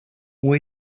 ont